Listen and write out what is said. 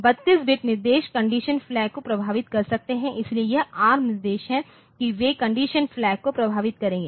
32 bit निर्देश condition flag को प्रभावित कर सकते हैं इसलिए यह एआरएम निर्देश है कि वे कंडीशन फ्लैग को प्रभावित करेंगे